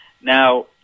Now